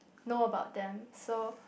know about them so